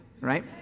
right